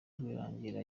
rwirangira